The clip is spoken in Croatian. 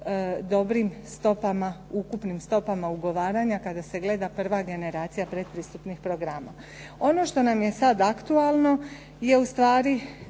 dobrim stopama, ukupnim stopama ugovaranja kada se gleda prva generacija pretpristupnih programa. Ono što nam je sad aktualno je ustvari